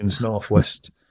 Northwest